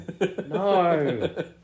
No